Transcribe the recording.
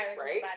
right